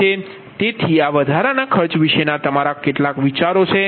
તેથી આ વધારાના ખર્ચ વિશેના તમારા કેટલાક વિચારો છે